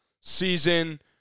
season